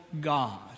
God